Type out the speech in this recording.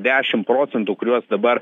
dešim procentų kuriuos dabar